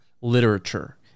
literature